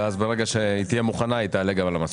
וברגע שהיא תהיה מוכנה היא תעלה גם המסכים.